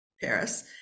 Paris